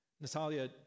Natalia